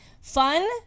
Fun